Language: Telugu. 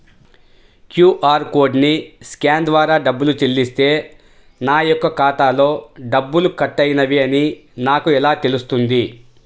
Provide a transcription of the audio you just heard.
క్యూ.అర్ కోడ్ని స్కాన్ ద్వారా డబ్బులు చెల్లిస్తే నా యొక్క ఖాతాలో డబ్బులు కట్ అయినవి అని నాకు ఎలా తెలుస్తుంది?